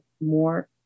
more